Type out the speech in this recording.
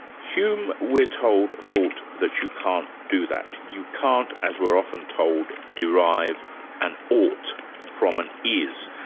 hume, we're told, thought that you can't do that, you can't, as we're often told, derive an ought from an is.